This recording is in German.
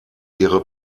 ihre